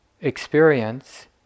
experience